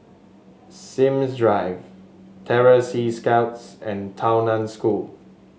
Sims Drive Terror Sea Scouts and Tao Nan School